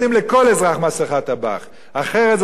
אחרת, זו תהיה הפקרת העורף ולא הגנת העורף.